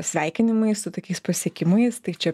sveikinimai su tokiais pasiekimais tai čia